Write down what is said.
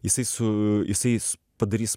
jisai su jisais padarys